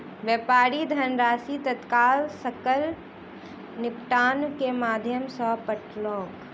व्यापारी धनराशि तत्काल सकल निपटान के माध्यम सॅ पठौलक